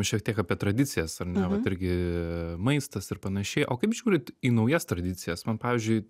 šiek tiek apie tradicijas ar ne vat irgi maistas ir panašiai o kaip žiūrit į naujas tradicijas man pavyzdžiui